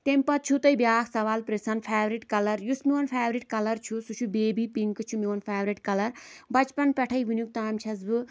تٔمۍ پَتہٕ چھُو تُہۍ بیاکھ سوال پرژھان فٮ۪ورِٹ کَلَر یُس میون فٮ۪ورِٹ کَلَر چھُ سُہ چھُ بیبی پِنٛک چھُ میون فٮ۪ورِٹ کَلَر بَچٕپَن پٮ۪ٹھٕے وٕنیُک تام چھَس بہٕ